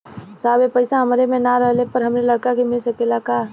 साहब ए पैसा हमरे ना रहले पर हमरे लड़का के मिल सकेला का?